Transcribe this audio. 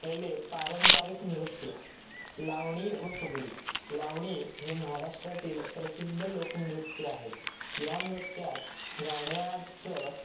पहिले पारंपरिक नृत्य लावणी व फुगडी लावणी हे महाराष्ट्रातील प्रसिद्ध लोकनृत्य आहे या नृत्यात गाण्याचं